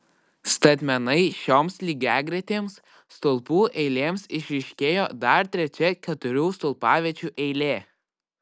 statmenai šioms lygiagretėms stulpų eilėms išryškėjo dar trečia keturių stulpaviečių eilė